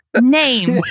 name